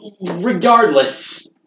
Regardless